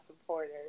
supporters